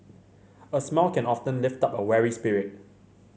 a smile can often lift up a weary spirit